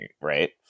right